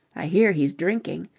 i hear he's drinking.